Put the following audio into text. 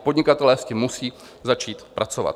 Podnikatelé s tím musí začít pracovat.